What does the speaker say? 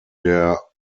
der